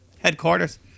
headquarters